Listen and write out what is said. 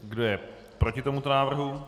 Kdo je proti tomuto návrhu?